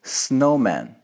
snowman